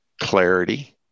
clarity